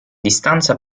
distanza